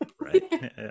Right